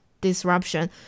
disruption